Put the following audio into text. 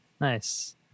Nice